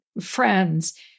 friends